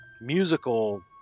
musical